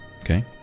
okay